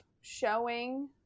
showing